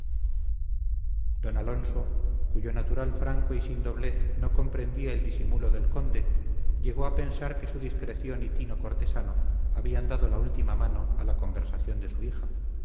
don alonso cuyo natural franco y sin doblez no comprendía el disimulo del conde llegó a pensar que su discreción y tino cortesano habían dado la última mano a la conversación de su hija